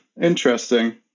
Interesting